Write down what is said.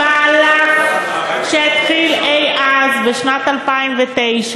מהלך שהתחיל אי-אז בשנת 2009,